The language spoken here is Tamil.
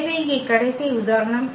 எனவே இங்கே கடைசி உதாரணம்